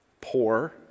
poor